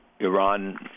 Iran